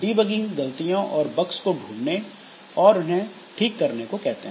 debugging गलतियों और bugs को ढूंढने और उन्हें ठीक करने को कहते हैं